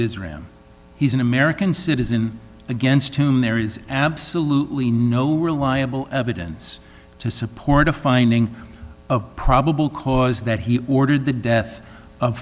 man he's an american citizen against whom there is absolutely no we're liable evidence to support a finding of probable cause that he ordered the death of